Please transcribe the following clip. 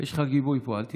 יש לך גיבוי פה, אל תדאג.